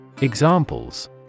Examples